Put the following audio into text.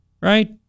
Right